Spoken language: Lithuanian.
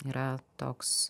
yra toks